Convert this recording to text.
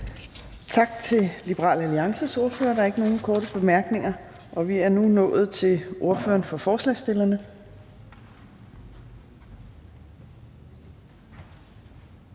Tak til Liberal Alliances ordfører. Der er ikke nogen korte bemærkninger, og vi er nu nået til ordføreren for forslagsstillerne,